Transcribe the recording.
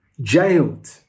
jailed